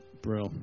Brill